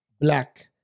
black